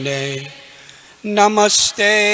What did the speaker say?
Namaste